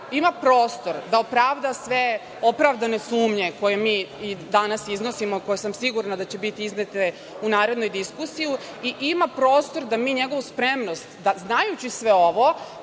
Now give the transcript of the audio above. ima prostor da opravda sve opravdane sumnje koje mi i danas iznosimo i koje sam sigurna da će biti iznete u narednoj diskusiji i ima prostor da mi njegovu spremnost, da znajući sve ovo,